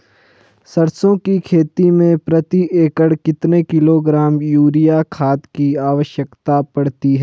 सरसों की खेती में प्रति एकड़ कितने किलोग्राम यूरिया खाद की आवश्यकता पड़ती है?